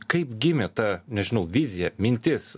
kaip gimė ta nežinau vizija mintis